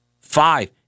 five